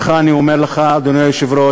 לכן, דרכך, אני אומר לך, אדוני היושב-ראש,